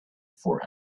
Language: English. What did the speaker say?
for